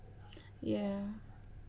ya